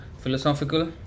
Philosophical